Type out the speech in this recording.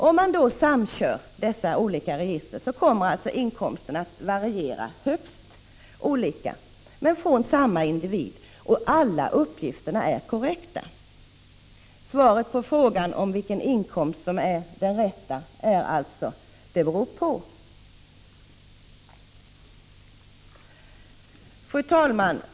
Om man då samkör dessa olika register kommer inkomsten att variera högst avsevärt för samma individ, och alla uppgifter är korrekta. Svaret på frågan om vilken inkomst som är den rätta är alltså att det beror på omständigheterna. Fru talman!